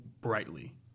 brightly